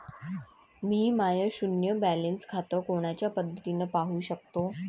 मी my शुन्य balance खातं कोनच्या पद्धतीनं पाहू शकतो?